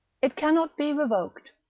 it cannot be revoked,